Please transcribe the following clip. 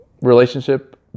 relationship